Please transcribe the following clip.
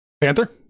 Panther